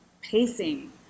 pacing